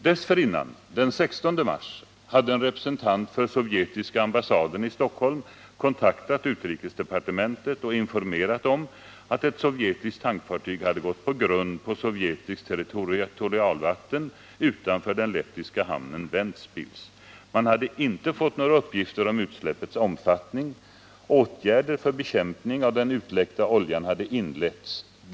Dessförinnan, den 16 mars, hade en representant för sovjetiska ambassaden i Stockholm kontaktat utrikesdepartementet och informerat om att ett sovjetiskt tankfartyg hade gått på grund på sovjetiskt territorialvatten utanför den lettiska hamnen Ventspils. Man hade inte fått några uppgifter om utsläppets omfattning. Åtgärder för bekämpning av den utläckta oljan hade inletts.